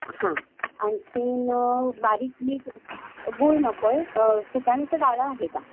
हां आणखीन बारीक बी गूळ नको आहे फुटाण्याचं डाळं आहे का